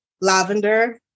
lavender